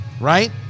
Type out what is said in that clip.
right